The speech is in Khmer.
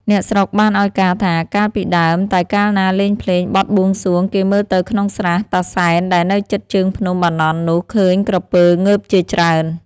អ្នកស្រុកបានឱ្យការណ៍ថា កាលពីដើម តែកាលណាលេងភ្លេងបទបួងសួង គេមើលទៅក្នុងស្រះ តាសែន ដែលនៅជិតជើងភ្នំ បាណន់ នោះ ឃើញក្រពើងើបជាច្រើន ។